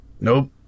nope